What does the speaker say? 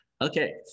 Okay